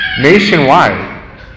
nationwide